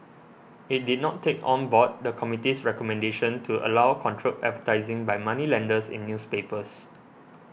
it did not take on board the committee's recommendation to allow controlled advertising by moneylenders in newspapers